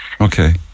Okay